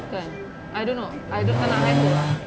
kan I don't know I dengar nak ah